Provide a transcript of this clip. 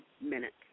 minutes